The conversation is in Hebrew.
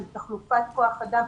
של תחלופת כוח אדם,